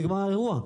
נגמר האירוע.